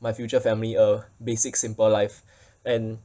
my future family a basic simple life and